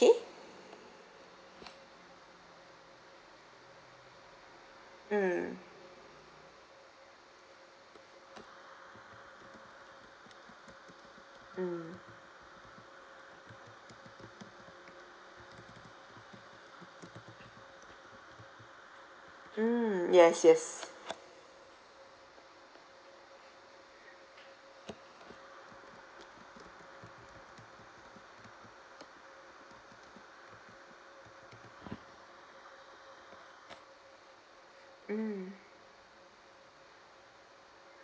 mm mm mm yes yes mm